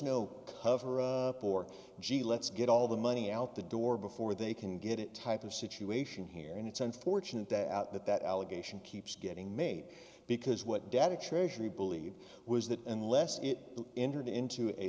no cover up or gee let's get all the money out the door before they can get it type of situation here and it's unfortunate that out that that allegation keeps getting made because what data treasury believed was that unless it entered into a